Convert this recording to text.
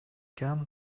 кан